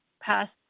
passed